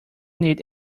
need